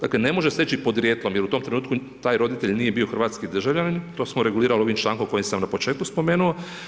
Dakle ne može steći podrijetlom jer u tom trenutku taj roditelj nije bio hrvatski državljanin, to smo regulirali ovim člankom koji sam na početku spomenuo.